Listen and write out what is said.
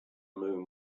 moon